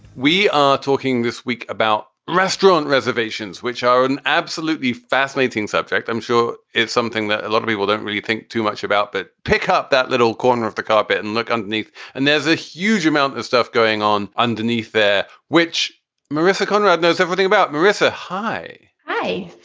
we are talking this week about restaurant reservations, which are an absolutely fascinating subject. i'm sure it's something that a lot of people don't really think too much about, but pick up that little corner of the carpet and look underneath. and there's a huge amount of stuff going on underneath there, which marissa conrad knows everything about. marissa, hi. hi.